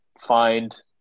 find